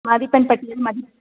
மதிப்பெண் பட்டியல் மதிப்